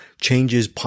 changes